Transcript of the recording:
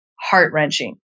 heart-wrenching